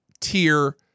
tier